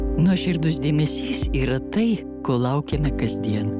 nuoširdus dėmesys yra tai ko laukiame kasdien